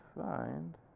find